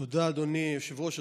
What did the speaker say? תודה, אדוני היושב-ראש.